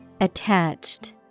Attached